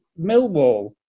Millwall